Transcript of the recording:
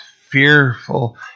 fearful